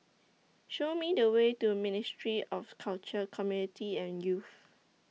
Show Me The Way to Ministry of Culture Community and Youth